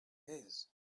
his